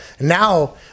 Now